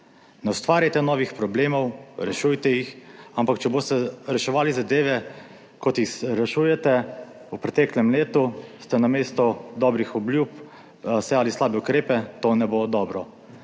Ne ustvarjate novih problemov, rešujte jih, ampak če boste reševali zadeve kot jih rešujete v preteklem letu ste namesto dobrih obljub sejali slabe ukrepe, to ne bo dobro."